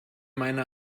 meine